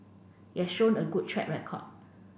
it has shown a good track record